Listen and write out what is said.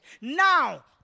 Now